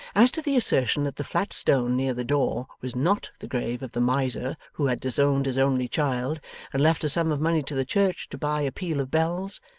as to the assertion that the flat stone near the door was not the grave of the miser who had disowned his only child and left a sum of money to the church to buy a peal of bells,